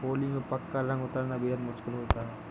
होली में पक्का रंग उतरना बेहद मुश्किल होता है